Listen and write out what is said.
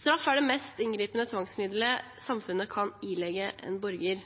Straff er det mest inngripende tvangsmiddelet samfunnet kan ilegge en borger.